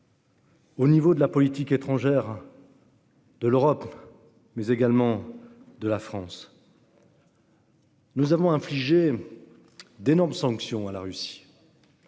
le cadre de la politique étrangère de l'Europe, mais également de la part de la France. Nous avons infligé d'énormes sanctions à la Russie